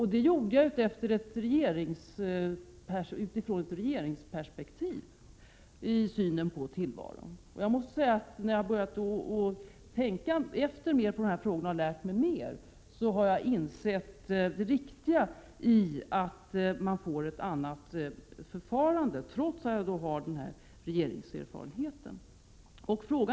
Jag reagerade utifrån ett regeringsperspektiv i synen på tillvaron. Efter att ha tänkt efter ytterligare i dessa frågor och lärt mig mera, har jag insett det riktiga i att man får ett annat förfarande — detta trots att jag har denna regeringserfarenhet.